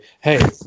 hey